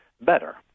better